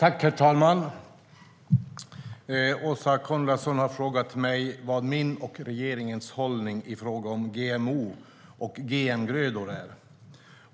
Herr talman! Åsa Coenraads har frågat mig vad min och regeringens hållning i frågan om GMO och GM-grödor är.